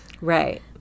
Right